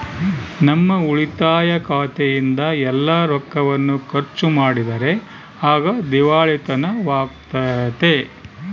ನಮ್ಮ ಉಳಿತಾಯ ಖಾತೆಯಿಂದ ಎಲ್ಲ ರೊಕ್ಕವನ್ನು ಖರ್ಚು ಮಾಡಿದರೆ ಆಗ ದಿವಾಳಿತನವಾಗ್ತತೆ